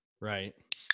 Right